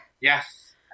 Yes